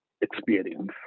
experience